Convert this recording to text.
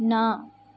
ਨਾ